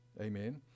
Amen